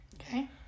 Okay